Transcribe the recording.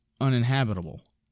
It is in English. uninhabitable